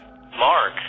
Mark